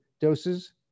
doses